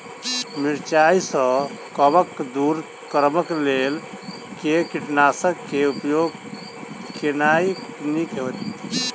मिरचाई सँ कवक दूर करबाक लेल केँ कीटनासक केँ उपयोग केनाइ नीक होइत?